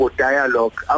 dialogue